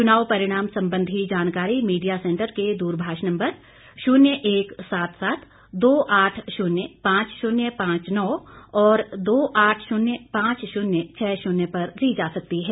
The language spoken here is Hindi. चुनाव परिणाम संबंधी जानकारी मीडिया सेंटर के दूरभाष नम्बर शून्य एक सात सात दो आठ शून्य पांच शून्य पांच नौ और दो आठ शून्य पांच शून्य छः शून्य पर ली जा सकती है